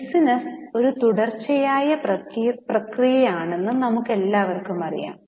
business ഒരു തുടർച്ചയായ പ്രക്രിയയാണെന്ന് നമുക്കെല്ലാവർക്കും അറിയാം